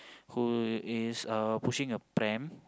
who is uh pushing a pram